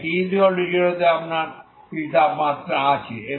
তাই t0 তে আপনার কিছু তাপমাত্রা আছে